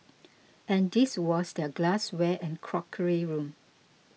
and this was their glassware and crockery room